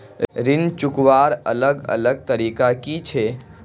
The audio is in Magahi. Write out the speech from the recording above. ऋण चुकवार अलग अलग तरीका कि छे?